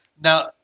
Now